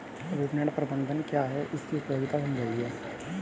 विपणन प्रबंधन क्या है इसकी उपयोगिता समझाइए?